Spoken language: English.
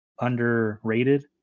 underrated